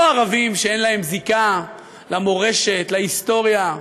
לא ערבים שאין להם זיקה למורשת, להיסטוריה,